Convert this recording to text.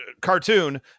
cartoon